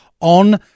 on